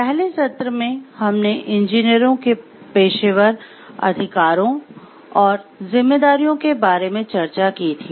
पहले सत्र में हमने इंजीनियरों के पेशेवर अधिकारों और जिम्मेदारियों के बारे में चर्चा की थी